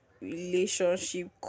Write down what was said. relationship